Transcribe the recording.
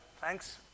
Thanks